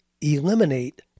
eliminate